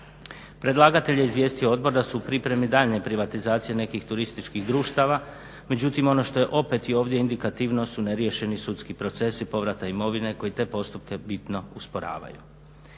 Predlagatelj je izvijestio odbor da su u pripremi daljnje privatizacije nekih turističkih društava, međutim ono što je opet i ovdje indikativno su neriješeni sudski procesi povrata imovine koji te postupke bitno usporavaju.